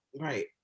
Right